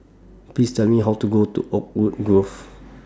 Please Tell Me How to Go to Oakwood Grove